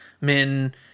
Men